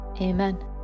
Amen